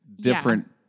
different